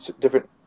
different